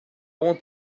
want